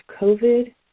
COVID